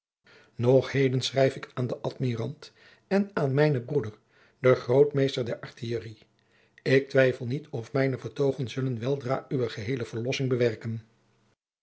nog heden schrijf ik aan den admirant en aan mijnen broeder den grootmeester der artillerie ik twijfel niet of mijne vertoogen zullen weldra uwe geheele verlossing bewerken